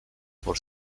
for